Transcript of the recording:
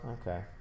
Okay